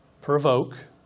provoke